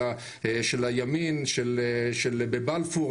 של הימין בבלפור.